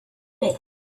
bit